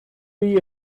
you